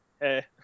Hey